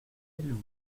vous